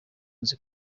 nzi